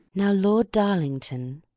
now, lord darlington.